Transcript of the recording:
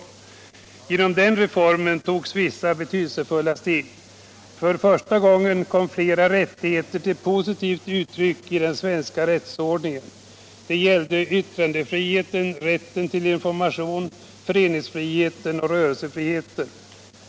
Genom den reformen togs vissa betydelsefulla steg. För första gången kom flera rättigheter till positivt uttryck i den svenska rättsordningen. Detta gällde yttrandefriheten, rätten till information, föreningsffihctcn och rörelsefriheten.